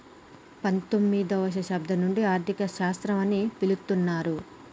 పంతొమ్మిదవ శతాబ్దం నుండి ఆర్థిక శాస్త్రం అని పిలుత్తున్నరు